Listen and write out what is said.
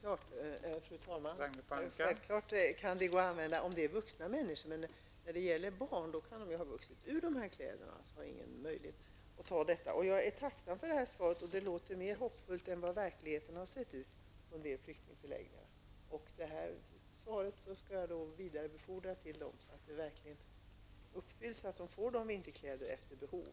Fru talman! Självfallet kan de gå att använda om det är fråga om vuxna människor. Men när det gäller barn kan dessa ha vuxit ur kläderna och inte ha någon möjlighet att använda dem. Jag är tacksam för svaret. Det låter mer hoppfullt än hur verkligheten har sett ut på en del flyktingförläggningar. Detta svar skall jag vidarebefordra så att dessa människor får vinterkläder efter behov.